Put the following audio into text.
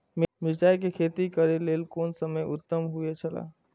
मिरचाई के खेती करे के लेल कोन समय उत्तम हुए छला?